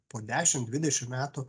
po dešim dvidešim metų